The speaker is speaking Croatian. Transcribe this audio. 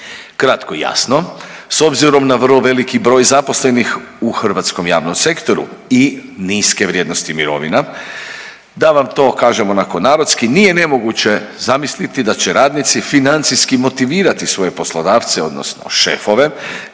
Kratko i jasno, s obzirom na vrlo veliki broj zaposlenih u hrvatskom javnom sektoru i niske vrijednosti mirovina, da vam to kažem onako narodski, nije nemoguće zamisliti da će radnici financijski motivirati svoje poslodavce odnosno šefove